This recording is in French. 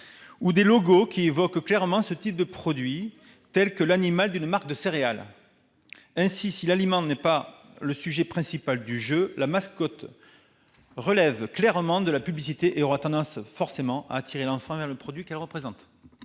-ou des logos évoquant clairement le type de produits en question, tel l'animal d'une marque de céréales. Ainsi, si l'aliment n'est pas le sujet principal du jeu, la mascotte relève clairement de la publicité et aura forcément tendance à attirer l'enfant vers le produit qu'elle représente.